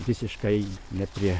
visiškai ne prie